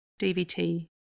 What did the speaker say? DVT